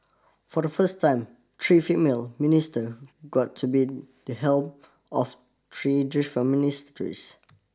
for the first time three female minister got to be the helm of three different ministries